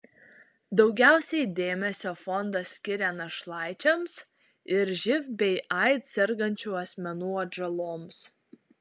daugiausiai dėmesio fondas skiria našlaičiams ir živ bei aids sergančių asmenų atžaloms